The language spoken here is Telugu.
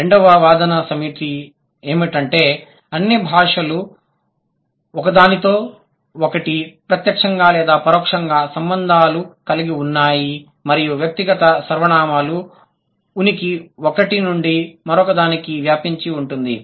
రెండవ వాదన ఏమిటంటే అన్ని భాషలు ఒకదానితో ఒకటి ప్రత్యక్షంగా లేదా పరోక్షంగా సంబంధాలు కలిగి ఉన్నాయి మరియు వ్యక్తిగత సర్వనామాల ఉనికి ఒకటి నుండి మరొకదానికి వ్యాపించి ఉంటుంది